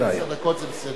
עשר דקות, זה בסדר.